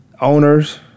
Owners